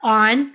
on